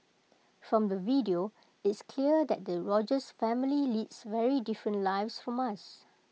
from the video it's clear that the Rogers family leads very different lives from us